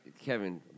Kevin